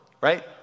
right